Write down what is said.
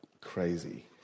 crazy